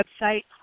website